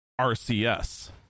RCS